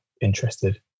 interested